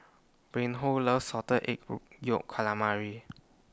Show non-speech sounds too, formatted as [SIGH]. Reinhold loves Salted Egg [UNINTELLIGIBLE] Yolk Calamari